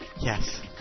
Yes